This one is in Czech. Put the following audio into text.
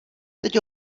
teď